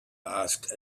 asked